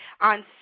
On